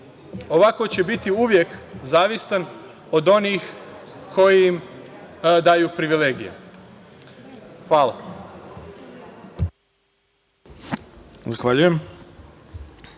Ovako će biti uvek zavistan od onih koji im daju privilegije. Hvala. **Ivica